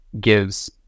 gives